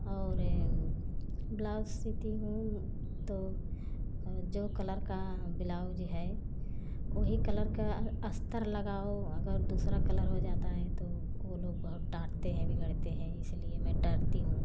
और ब्लाउज सीती हूँ तो जो कलर का बिलाउज है ओही कलर का अस्तर लगाओ अगर दूसरा कलर हो जाता है तो वो लोग बहुत डांटते हैं बिगड़ते हैं इसीलिए मैं डरती हूँ